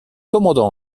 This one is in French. commandant